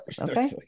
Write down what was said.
Okay